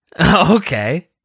Okay